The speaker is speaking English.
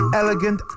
elegant